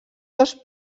dos